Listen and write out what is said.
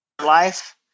life